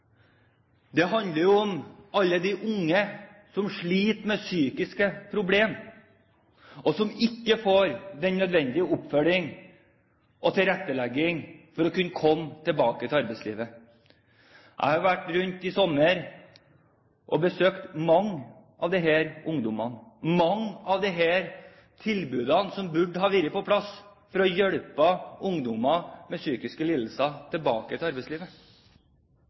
Det handler om alle de unge som sliter med psykiske problemer, og som ikke får den nødvendige oppfølging og tilrettelegging for å kunne komme tilbake i arbeidslivet. Jeg har i sommer vært rundt og besøkt mange av disse ungdommene, med tanke på mange av de tilbudene som burde vært på plass for å hjelpe ungdommer med psykiske lidelser tilbake til arbeidslivet.